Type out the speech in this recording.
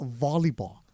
volleyball